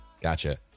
gotcha